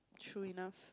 true enough